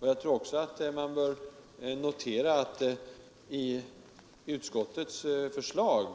Man bör nog också notera att enligt utskottets förslag